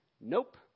nope